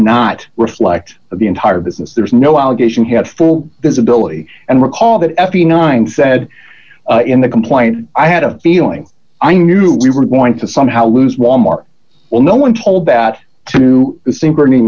not reflect the entire business there's no allegation he had full visibility and recall that efi nine said in the complaint i had a feeling i knew we were going to somehow lose wal mart well no one told that to